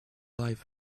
life